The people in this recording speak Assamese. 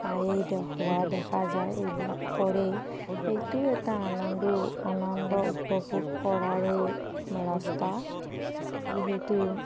প্ৰায়েই হোৱা দেখা যায় এইবিলাক কৰেই সেইটোও এটা আনন্দ আনন্দ উপভোগ কৰাৰে ৰাষ্টা যিহেতু